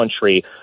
country